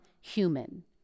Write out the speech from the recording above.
human